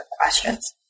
questions